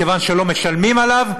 מכיוון שלא משלמים עליו.